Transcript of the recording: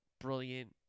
brilliant